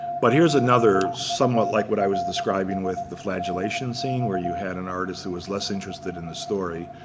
but here's another, somewhat like what i was describing with the flagellation scene, where you had an artist who was less interested in the story,